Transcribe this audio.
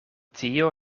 tio